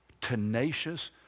tenacious